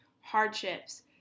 hardships